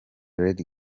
lady